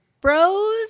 Bros